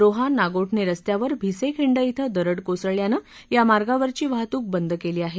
रोहा नागोठणे रस्त्यावर भिसे खिंड धि दरड कोसळल्यानं या मार्गावरची वाहतूक बंद केली आहे